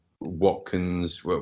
Watkins